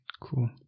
Cool